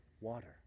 water